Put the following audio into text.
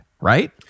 right